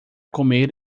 comer